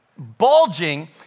bulging